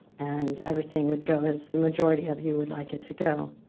and everything would go as the majority of you would like it to go.